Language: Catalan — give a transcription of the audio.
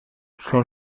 són